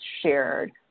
shared